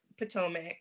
Potomac